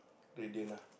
doctor Indian ah